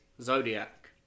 Zodiac